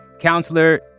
Counselor